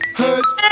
hurts